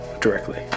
directly